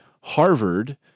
Harvard